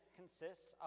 consists